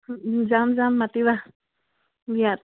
যাম যাম মাতিবা বিয়াত